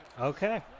Okay